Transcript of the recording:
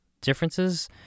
differences